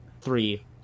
three